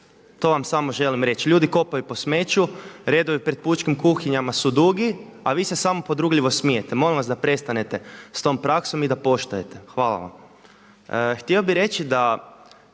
to vam samo želim reći. Ljudi kopaju po smeću, redovi pred pučkim kuhinjama su dugi, a vi se samo podrugljivo smijete. Molim vas da prestanete s tom praksom i da poštujete. Hvala vam. Htio bih reći da